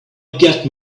get